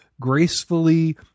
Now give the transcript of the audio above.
gracefully